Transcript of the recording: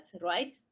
right